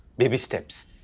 baby steps.